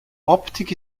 optik